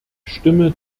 stimme